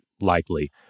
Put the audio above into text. likely